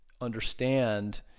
understand